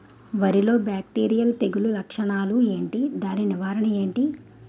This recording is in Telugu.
వరి లో బ్యాక్టీరియల్ తెగులు లక్షణాలు ఏంటి? దాని నివారణ ఏంటి?